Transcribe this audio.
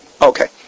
Okay